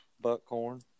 Buckhorn